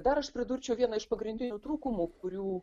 dar aš pridurčiau vieną iš pagrindinių trūkumų kurių